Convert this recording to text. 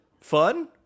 Fun